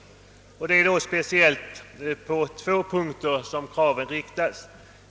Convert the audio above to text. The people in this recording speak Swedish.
Det är då speciellt på två punkter som vi ställer krav.